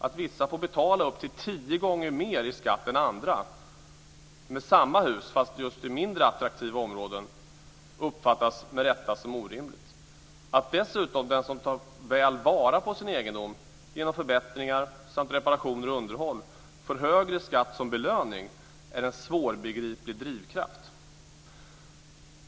Att vissa får betala upp till tio gånger mer i skatt än andra med samma hus, fast i mindre attraktiva områden, uppfattas med rätta som orimligt. Att dessutom den som tar väl vara på sin egendom genom förbättringar samt reparationer och underhåll får högre skatt som belöning är en svårbegriplig drivkraft.